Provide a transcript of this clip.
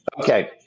Okay